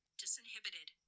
disinhibited